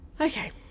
okay